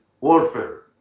warfare